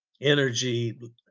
energy